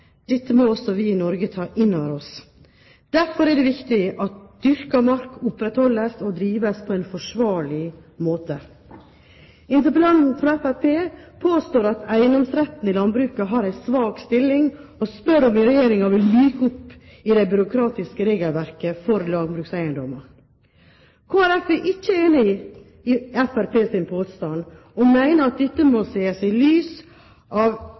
Dette må også vi i Norge også ta inn over oss. Derfor er det viktig at dyrket mark opprettholdes og drives på en forsvarlig måte. Interpellanten fra Fremskrittspartiet påstår at eiendomsretten i landbruket har en svak stilling og spør om Regjeringen vil myke opp i det byråkratiske regelverket for landbrukseiendommer. Kristelig Folkeparti er ikke enig i Fremskrittspartiets påstand, og mener at dette må ses i lys av